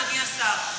אדוני השר.